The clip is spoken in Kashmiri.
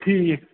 ٹھیٖک